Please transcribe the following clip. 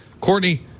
Courtney